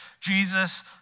Jesus